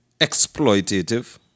exploitative